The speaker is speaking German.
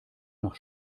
nach